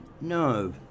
No